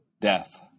Death